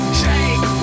shake